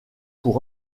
pour